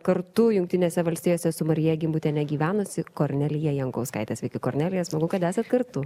kartu jungtinėse valstijose su marija gimbutiene gyvenusi kornelija jankauskaitė sveiki kornelija smagu kad esat kartu